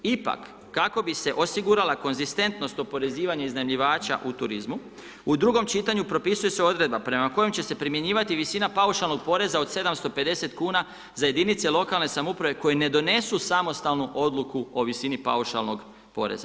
Ipak, kako bi se osigurala konzistentnost oporezivanja iznajmljivača u turizmu u drugom čitanju propisuje se odredba prema kojoj će se primjenjivati visina paušalnog poreza od 750 kuna za jedinice lokalne samouprave koje ne donesu samostalnu odluku o visini paušalnog poreza.